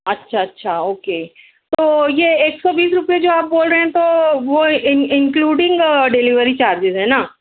اچھا اچھا اوکے تو یہ ایک سو بیس روپئے جو آپ بول رہے ہیں تو وہ انکلوڈنگ ڈیلیوری چارجز ہے نا